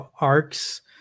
arcs